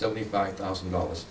seventy five thousand dollars